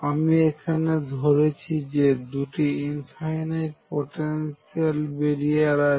আমি এখানে ধরেছি যে দুটি ইনফাইনাইট পোটেনশিয়াল বেরিয়ার আছে